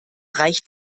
reicht